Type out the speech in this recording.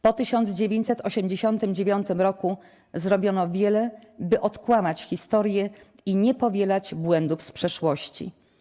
Po 1989 r. zrobiono wiele, by odkłamać historię i nie powielać błędów z przeszłości.